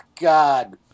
God